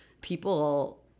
People